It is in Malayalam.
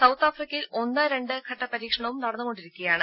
സൌത്ത് ആഫ്രിക്കയിൽ രണ്ട് ഘട്ട പരീക്ഷണവും നടന്നുകൊണ്ടിരിക്കുകയാണ്